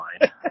mind